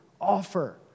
offer